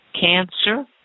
Cancer